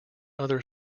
other